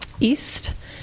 east